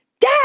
dad